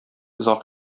озак